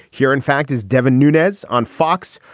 here, in fact, is devin nunez on fox,